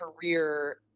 career